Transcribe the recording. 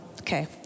okay